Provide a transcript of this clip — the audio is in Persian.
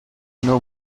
نوع